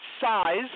size